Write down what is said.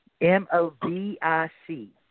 M-O-V-I-C